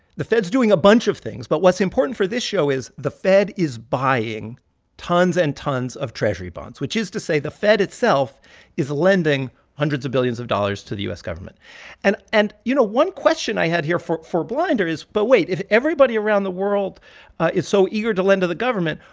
the fed is doing a bunch of things. but what's important for this show is the fed is buying tons and tons of treasury bonds, which is to say, the fed itself is lending hundreds of billions of dollars to the u s. government and and you know, one question i had here for for blinder is, but wait if everybody around the world is so eager to lend to the government,